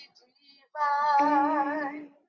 divine